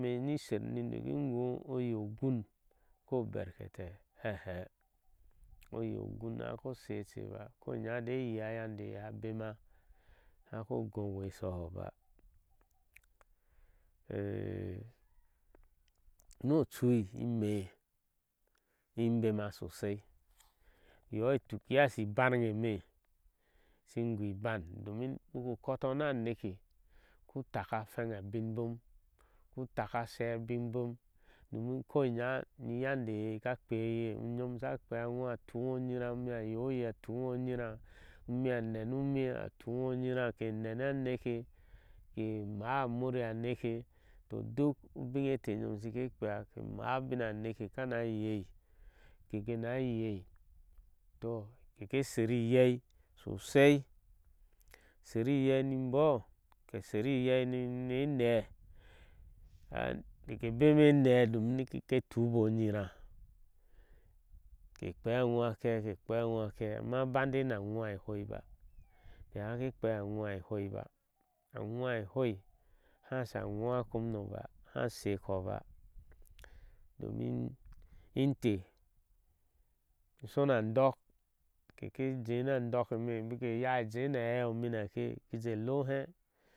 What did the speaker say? I me nidaker ni ngho oye ogun ko berkete ehe oye ogun hako sheche baa konya de yeya yande ye asha bema hako gonwe isoho daa nu ochui ime imbema sosai yo ituk iyo ishi banŋe me shui gui bam domin ubaku koto ni anuke utake hweŋi abiŋ boŋ utaka ashee abiŋ iboŋ domin koi nya ni iyade aye aka kpei eye unym aka kpei eye a tu ngo onyira umi ayoye atui ingoh onyira ke nene anake ke maa unmrya aneke to duk ubinŋ teh nyom keke kpeea ke maá ubiŋa aneke akena yei kekina yei toh keke seri yei sosai seri yei ni mboo ke seri yei ri enɛɛh neke bene enɛɛ domin nika ke tubɔ onyira ke kpea aŋwa ke kepea azwa ke amma bande ni aŋwa ehoei ba ke hake kpeiyir a ŋwe ehoer ba aŋwa e hoei a hansa aŋwa kom ba ahasheko ba domin inteh ke shabaŋ un ndokin shona andok e ema keke yaah ke jee hei omineke eje ice ilohe.